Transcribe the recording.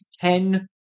ten